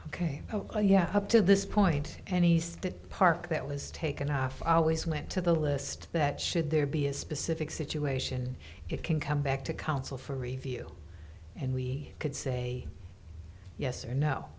ok ok yeah up to this point any state park that was taken off always went to the list that should there be a specific situation it can come back to council for review and we could say yes or no